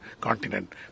continent